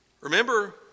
Remember